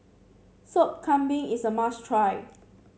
Sop Kambing is a must try